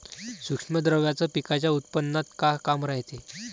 सूक्ष्म द्रव्याचं पिकाच्या उत्पन्नात का काम रायते?